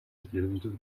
эрдэмтэн